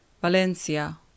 Valencia